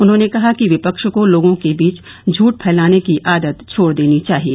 उन्होंने कहा कि विपक्ष को लोगों के बीच झूठ फैलाने की आदत छोड़ देनी चाहिए